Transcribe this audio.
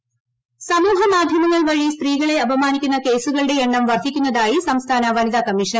വനിത commission സമൂഹ മാധ്യമങ്ങൾ വഴി സ്ത്രീകളെ അപമാനിക്കുന്ന കേസുകളുടെ എണ്ണം വർധിക്കുന്നതായി സംസ്ഥാന വനിത കമ്മീഷൻ